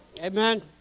Amen